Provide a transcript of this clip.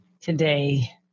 Today